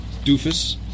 doofus